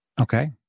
Okay